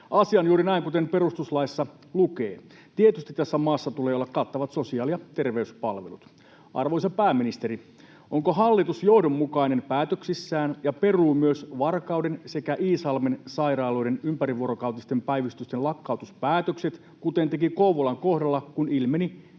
Asia on juuri näin, kuten perustuslaissa lukee. Tietysti tässä maassa tulee olla kattavat sosiaali- ja terveyspalvelut. Arvoisa pääministeri, onko hallitus johdonmukainen päätöksissään ja peruu myös Varkauden sekä Iisalmen sairaaloiden ympärivuorokautisten päivystysten lakkautuspäätökset, kuten teki Kouvolan kohdalla, kun ilmeni,